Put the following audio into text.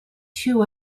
two